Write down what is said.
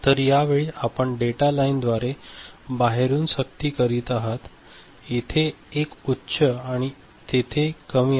तर या वेळी आपण या डेटा लाईनद्वारे बाहेरून सक्ती करीत आहात येथे एक उच्च आणि तेथे कमी आहे